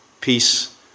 peace